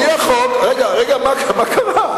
רגע, מה קרה?